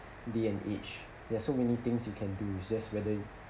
day and age there are so many things you can do is just whether